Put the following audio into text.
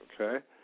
Okay